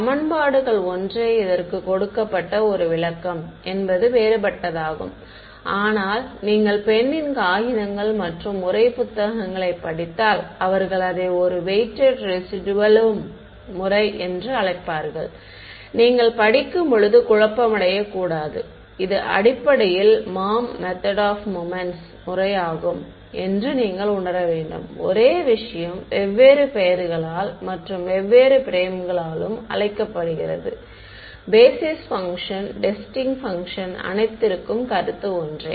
சமன்பாடுகள் ஒன்றே இதற்கு கொடுக்கப்பட்ட ஒரு விளக்கம் என்பது வேறுபட்டதாகும் ஆனால் நீங்கள் பெண்ணின் காகிதங்கள் மற்றும் உரை புத்தகங்களைப் படித்தால் அவர்கள் அதை ஒரு வெயிட்டெட் ரெசிடுயலும் முறை என்று அழைப்பார்கள் நீங்கள் படிக்கும்போது குழப்பமடையக்கூடாது இது அடிப்படையில் MOM மெத்தட் ஆஃப் மொமெண்ட்ஸ் முறை ஆகும் என்று நீங்கள் உணர வேண்டும் ஒரே விஷயம் வெவ்வேறு பெயர்களால் மற்றும் வெவ்வேறு பிரேம்களாலும் அழைக்கப்படுகிறது பேஸிஸ் பங்க்ஷன் டெஸ்டிங் பங்க்ஷன் அனைத்திற்கும் கருத்து ஒன்றே